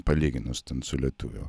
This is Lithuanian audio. palyginus su lietuvių